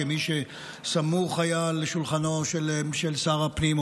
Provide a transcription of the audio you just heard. כמי שהיה סמוך על שולחנו של שר הפנים,